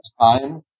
time